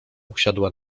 usiadła